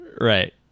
Right